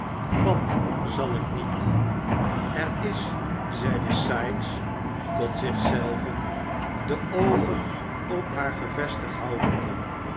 wat zal ik niet er is zeide sikes tot zich zelven de oogen op haar gevestigd houdende